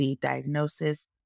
diagnosis